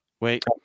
wait